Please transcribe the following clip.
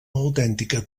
autèntica